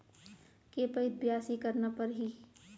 के पइत बियासी करना परहि?